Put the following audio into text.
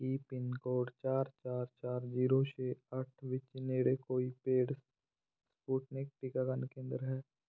ਕੀ pin code ਚਾਰ ਚਾਰ ਚਾਰ ਜ਼ੀਰੋ ਛੇ ਅੱਠ ਵਿੱਚ ਨੇੜੇ ਕੋਈ ਪੇਡ ਸਪੁਟਨਿਕ ਟੀਕਾਕਰਨ ਕੇਂਦਰ ਹੈ